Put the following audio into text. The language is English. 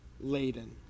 laden